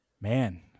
man